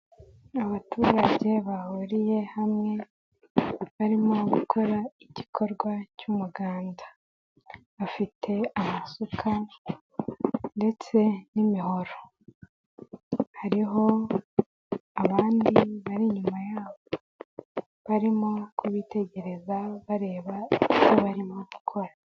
Abaturage bahuriye hamwe barimo gukora igikorwa cy'umuganda. Bafite amasuka ndetse n'imihoro. Hariho abandi bari inyuma yabo barimo kubitegereza bareba icyo barimo gukora.